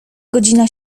godzina